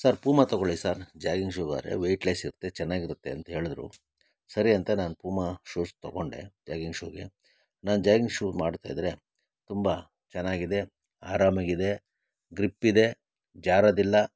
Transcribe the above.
sir Puma ತೊಗೊಳ್ಳಿ sir jogging ಶೂಗಾದ್ರೆ weightless ಇರುತ್ತೆ ಚೆನ್ನಾಗಿ ಇರುತ್ತೆ ಅಂತ ಹೇಳದ್ರು ಸರಿ ಅಂತ ನಾನು ಪುಮಾ ಶೂಸ್ ತೊಗೊಂಡೆ ಜಾಗಿಂಗ್ ಶೂಗೆ ನಾನು ಜಾಗಿಂಗ್ ಶೂ ಮಾಡ್ತಾ ಇದ್ದರೆ ತುಂಬ ಚೆನ್ನಾಗಿದೆ ಆರಾಮಾಗಿದೆ ಗ್ರಿಪ್ ಇದೆ ಜಾರೋದಿಲ್ಲ